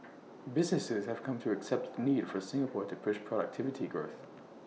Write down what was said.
businesses have come to accept the need for Singapore to push productivity growth